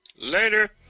Later